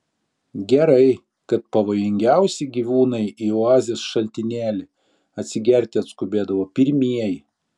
gerai kad pavojingiausi gyvūnai į oazės šaltinėlį atsigerti atskubėdavo pirmieji